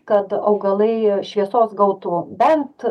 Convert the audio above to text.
kad augalai šviesos gautų bent